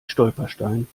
stolperstein